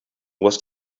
was